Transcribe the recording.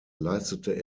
leistete